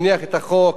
הניח את החוק,